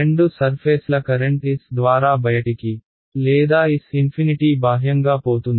రెండు సర్ఫేస్ల current S ద్వారా బయటికి లేదా S∞ బాహ్యంగా పోతుంది